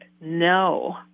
no